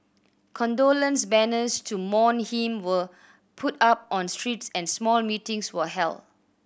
condolence banners to mourn him were put up on streets and small meetings were held